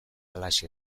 halaxe